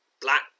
black